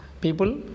people